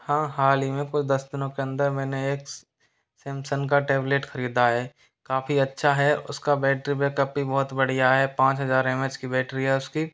हाँ हाल ही में कोई दस दिनों के अंदर मैंने एक सैमसंग का टैबलेट ख़रीदा है काफ़ी अच्छा है उसका बैटरी बैकअप भी बहुत बढ़िया है पाँच हज़ार एम एच की बैटरी है उसकी